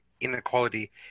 inequality